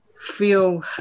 feel